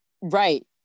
Right